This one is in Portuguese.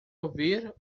ouvir